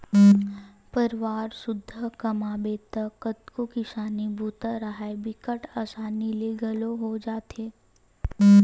परवार सुद्धा कमाबे त कतको किसानी बूता राहय बिकट असानी ले घलोक हो जाथे